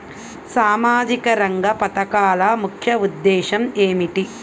సామాజిక రంగ పథకాల ముఖ్య ఉద్దేశం ఏమిటీ?